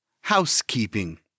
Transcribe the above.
Housekeeping